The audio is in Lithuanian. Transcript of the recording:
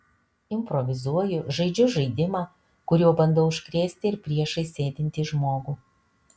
improvizuoju žaidžiu žaidimą kuriuo bandau užkrėsti ir priešais sėdintį žmogų